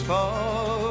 Far